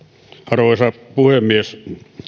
arvoisa puhemies